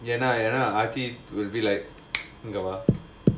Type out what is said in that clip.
ஆச்சி வந்து:aachi vanthu will be like இங்க வா:inga vaa